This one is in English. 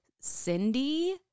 Cindy